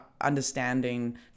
understanding